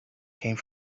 came